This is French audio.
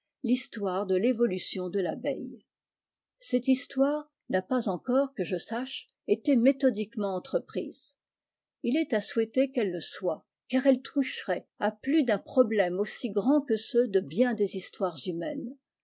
progrès de l'évolution de l'abeille cette histoire n'a pas encore que je sache été méthodiquement entreprise il est à souhaiter qu'elle le soit car elle toucherait à plus d'un problème aussi grand que ceux de bien des histoires humaines